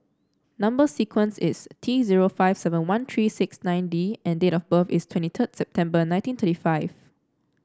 number sequence is T zero five seven one three six nine D and date of birth is twenty September nineteen thirty five